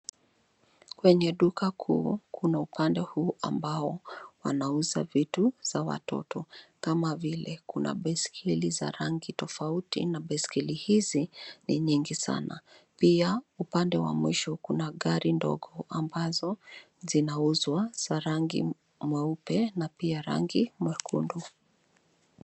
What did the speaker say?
Kwenye duka kuu kuna upande huu ambao wanauza vitu za watoto. Kama vile kuna baiskeli za rangi tofauti na baiskeli hizi ni nyingi sana. Pia upande wa mwisho kuna gari ndogo ambazo zinauzwa, za langi mweupe na pia rangi mwekundu.